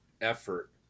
effort